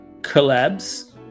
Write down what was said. collabs